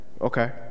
Okay